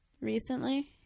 recently